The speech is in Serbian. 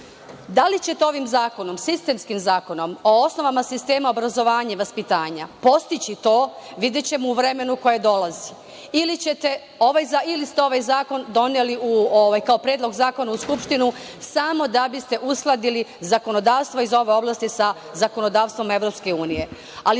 li ćete ovim zakonom, sistemskim zakonom o osnovama sistema obrazovanja i vaspitanja postići to, videćemo u vremenu koje dolazi. Ili ste ovaj zakon doneli kao predlog zakona u Skupštinu, samo da biste uskladili zakonodavstvo iz ove oblasti sa zakonodavstvom